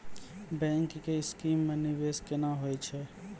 Bank के scheme मे निवेश केना होय छै?